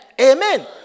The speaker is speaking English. Amen